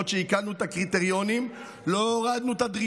לא הורדת את הרף.